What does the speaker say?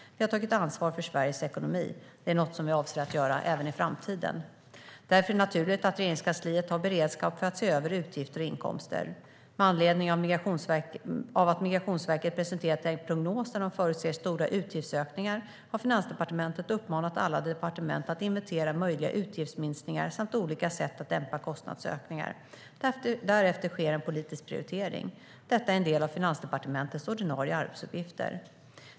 Vi har tagit ansvar för Sveriges ekonomi. Detta är något som vi avser att göra även i framtiden. Därför är det naturligt att Regeringskansliet har beredskap för att se över utgifter och inkomster. Med anledning av att Migrationsverket presenterat en prognos där de förutser stora utgiftsökningar har Finansdepartementet uppmanat alla departement att inventera möjliga utgiftsminskningar samt olika sätt att dämpa kostnadsökningar. Därefter sker en politisk prioritering. Detta är en del av Finansdepartementets ordinarie arbetsuppgifter.